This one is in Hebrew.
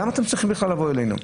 למה אתם צריכים בכלל לבוא אלינו?